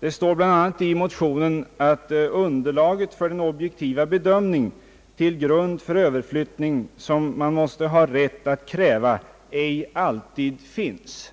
Det står bl.a. i motionerna, »att underlaget för den objektiva bedömning till grund för överflyttningen, som man måste ha rätt att kräva, ej alltid finns».